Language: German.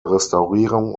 restaurierung